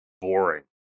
boring